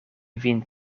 vin